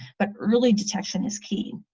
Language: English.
but early detection is key.